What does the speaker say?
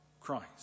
Christ